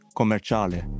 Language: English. commerciale